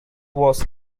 was